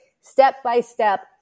step-by-step